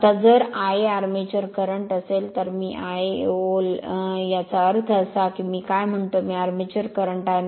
आता जर I A armature current असेल तर मी आयए ओल अ याचा अर्थ असा की मी काय म्हणतो मी आर्मेचर करंट आहे